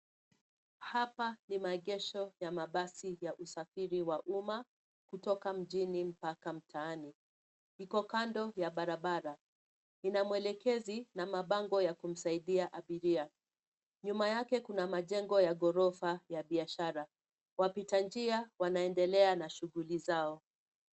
Hapa ni magesho ya mabasi ya usafiri wa umma, kutoka mjini mpaka mtaani. Iko kando ya barabara. Ina mwelekezi, na mabango ya kumsaidia abiria. Nyuma yake kuna majengo ya ghorofa ya biashara. Wapita njia wanaendelea na shughuli zao.